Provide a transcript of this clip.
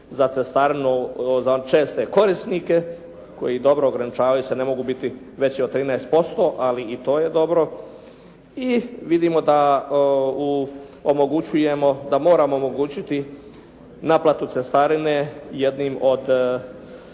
za česte korisnike koji dobro ograničavaju se, ne mogu biti veći od 13%, ali i to je dobro i vidimo da omogućujemo da moramo omogućiti naplatu cestarine jednim od